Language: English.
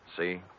See